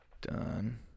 Done